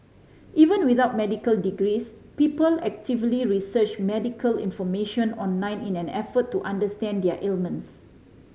even without medical degrees people actively research medical information online in an effort to understand their ailments